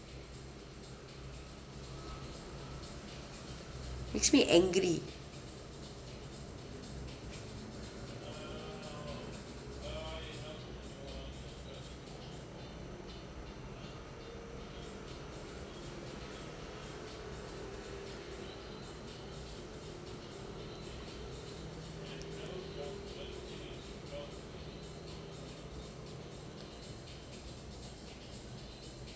makes me angry